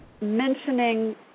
mentioning